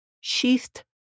sheathed